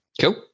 Cool